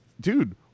Dude